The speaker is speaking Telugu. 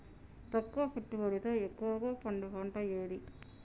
తక్కువ పెట్టుబడితో ఎక్కువగా పండే పంట ఏది?